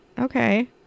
okay